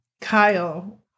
Kyle